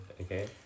Okay